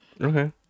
Okay